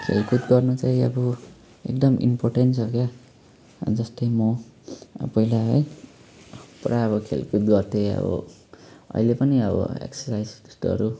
खेलकुद गर्नु चाहिँ अब एकदम इन्पोर्टेन्ट छ क्या जस्तै म आ पहिला है पुरा अब खेलकुद गर्थेँ अब अहिले पनि अब एक्ससाइज त्यस्तोहरू